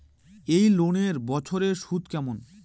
এই লোনের বছরে সুদ কেমন?